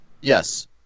Yes